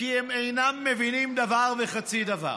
כי הם אינם מבינים דבר וחצי דבר.